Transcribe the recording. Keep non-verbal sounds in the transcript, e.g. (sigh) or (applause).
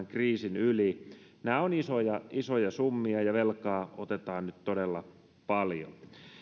(unintelligible) kriisin yli nämä ovat isoja isoja summia ja velkaa otetaan nyt todella paljon